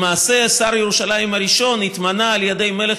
למעשה שר ירושלים הראשון התמנה על ידי מלך